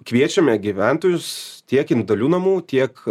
kviečiame gyventojus tiek indualių namų tiek